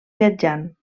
viatjant